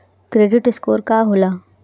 Credit score का होला?